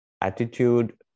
attitude